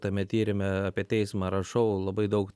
tame tyrime apie teismą rašau labai daug